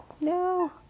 No